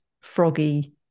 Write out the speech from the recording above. froggy